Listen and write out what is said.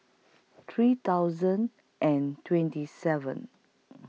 three thousand and twenty seven